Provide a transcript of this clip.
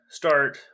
start